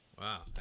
Wow